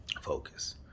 focus